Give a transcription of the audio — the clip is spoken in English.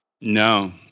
No